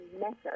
method